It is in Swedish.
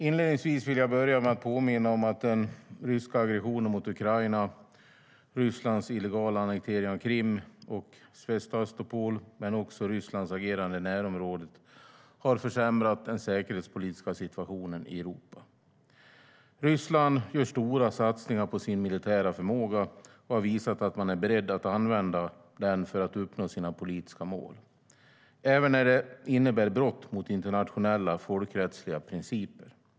Inledningsvis vill jag påminna om att den ryska aggressionen mot Ukraina, Rysslands illegala annektering av Krim och Sevastopol men också Rysslands agerande i närområdet har försämrat den säkerhetspolitiska situationen i Europa. Ryssland gör stora satsningar på sin militära förmåga och har visat att man är beredd att använda den för att uppnå sina politiska mål, även när det innebär brott mot internationella folkrättsliga principer.